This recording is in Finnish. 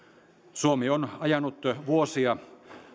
suomi on ajanut vuosia